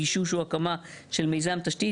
גישוש או הקמה של מיזם תשתית,